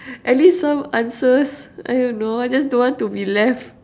at least some answers I don't know I just don't want to be left